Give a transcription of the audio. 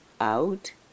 Out